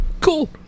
Cool